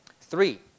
Three